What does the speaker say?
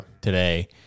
today